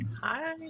hi